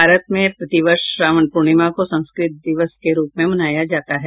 भारत में प्रतिवर्ष श्रावण पूर्णिमा को संस्कृत दिवस के रूप में मनाया जाता है